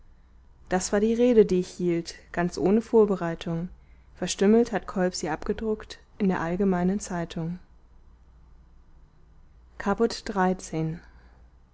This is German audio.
das war die rede die ich hielt ganz ohne vorbereitung verstümmelt hat kolb sie abgedruckt in der allgemeinen zeitung caput